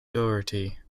doherty